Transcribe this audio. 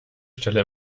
stelle